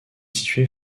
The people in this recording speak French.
situé